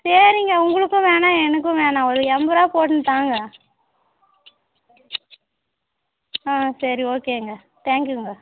சரிங்க உங்களுக்கும் வேணாம் எனக்கும் வேணாம் ஒரு எண்பதுருவா போட்டுன்னு தாங்க ஆ சரி ஓகேங்க தேங்க் கியூங்க